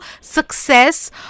success